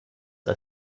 are